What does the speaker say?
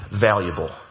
valuable